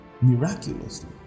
miraculously